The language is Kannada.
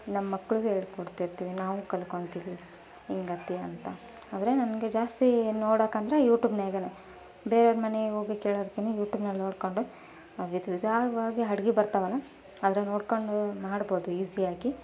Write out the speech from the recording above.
ನಮ್ಮ ಮಕ್ಳಿಗೆ ಹೇಳಿ ಕೊಡ್ತಿರ್ತೀವಿ ನಾವು ಕಲ್ತ್ಕೊಂತಿವಿ ಅಂತ ಆದರೆ ನನಗೆ ಜಾಸ್ತಿ ನೋಡೋಕ್ಕೆ ಅಂದರೆ ಯೂಟ್ಯೂಬ್ನ್ಯಾಗೇನೆ ಬೇರೆಯವ್ರ ಮನೆಗೆ ಹೋಗಿ ಕೇಳೋದಕ್ಕಿನ್ನ ಯೂಟ್ಯೂಬ್ನಲ್ಲಿ ನೋಡಿಕೊಂಡು ವಿಧ ವಿಧವಾಗಿ ಅಡ್ಗೆ ಬರ್ತವಲ್ಲ ಅದ್ರಲ್ಲಿ ನೋಡಿಕೊಂಡು ಮಾಡ್ಬೌದು ಈಝಿಯಾಗಿ